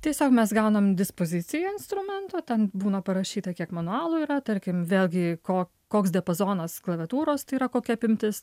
tiesiog mes gaunam dispoziciją instrumento ten būna parašyta kiek manualų yra tarkim vėlgi ko koks diapazonas klaviatūros tai yra kokia apimtis